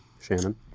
Shannon